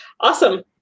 Awesome